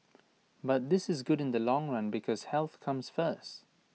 but this is good in the long run because health comes first